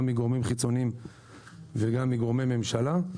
גם מגורמים חיצוניים וגם מגורמי ממשלה.